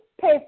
pay